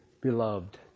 beloved